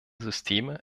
systeme